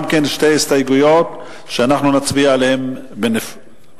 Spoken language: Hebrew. גם כן שתי הסתייגויות שנצביע עליהן בנפרד.